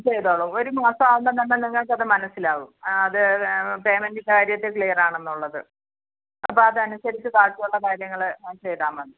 ചെയ്തോളൂ ഒരു മാസം ആകുമ്പോൾ തന്നെ നിങ്ങൾക്ക് അത് മനസ്സിലാവും ആ അത് പെയ്മെൻ്റ് കാര്യത്തിൽ ക്ലിയറാണ് എന്നുള്ളത് അപ്പം അതനുസരിച്ച് ബാക്കിയുള്ള കാര്യങ്ങൾ ചെയ്താൽ മതി